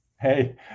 hey